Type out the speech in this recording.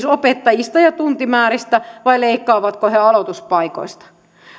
opettajista ja tuntimääristä vai leikkaavatko he aloituspaikoista